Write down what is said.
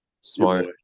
smart